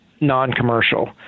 non-commercial